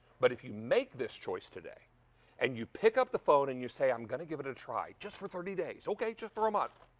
but if you make this choice today and you pick up the phone and you say i'm going to give it a try just for thirty days, just for a month,